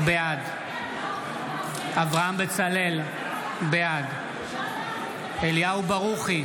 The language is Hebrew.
בעד אברהם בצלאל, בעד אליהו ברוכי,